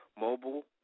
mobile